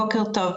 בוקר טוב.